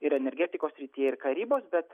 ir energetikos srityje ir karybos bet